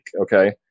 Okay